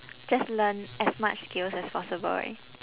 just learn as much skills as possible right